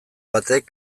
batek